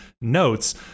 notes